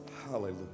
hallelujah